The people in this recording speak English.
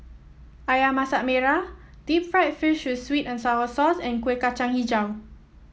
ayam Masak Merah Deep Fried Fish with sweet and sour sauce and Kueh Kacang hijau